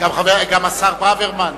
גם השר ברוורמן.